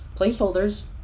placeholders